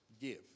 give